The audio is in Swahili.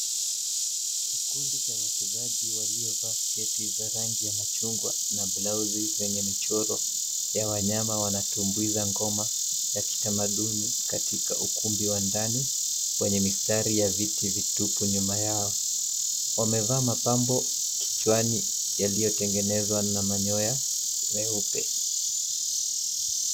Kikundi cha wachezaji waliovaa sketi za rangi ya machungwa na blausi zenye michoro ya wanyama wanatumbuiza ngoma ya kitamaduni katika ukumbi wa ndani wenye mistari ya viti vitupu nyuma yao. Wamevaa mapambo kichwani yaliyotengenezwa na manyoya meupe.